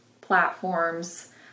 platforms